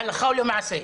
להלכה או למעשה".